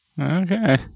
Okay